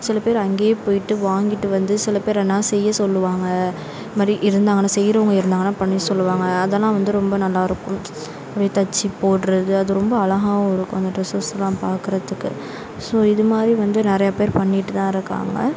சில பேர் அங்கே போயிட்டு வாங்கிட்டு வந்து சில பேர் ஆனால் செய்ய சொல்லுவாங்க இந்தமாதிரி இருந்தாங்கனா செய்றவங்க இருந்தாங்கனா பண்ணி சொல்லுவாங்க அதலாம் வந்து ரொம்ப நல்லா இருக்கும் அப்படே தெச்சி போடுறது அது ரொம்ப அழகாகவும் இருக்கும் அந்த ட்ரெஸ்ஸெஸ்லாம் பார்க்கறதுக்கு ஸோ இது மாதிரி வந்து நிறையா பேர் பண்ணிட்டு தான் இருக்காங்க